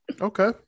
Okay